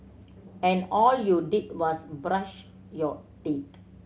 and all you did was brush your teeth